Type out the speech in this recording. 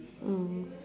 mm